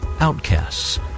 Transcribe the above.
outcasts